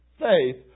Faith